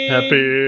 Happy